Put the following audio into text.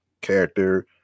character